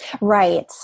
Right